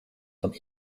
dan